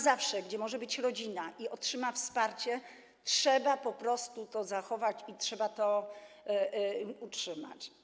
Zawsze tam, gdzie może być rodzina i otrzyma wsparcie, trzeba po prostu to zachować i trzeba to utrzymać.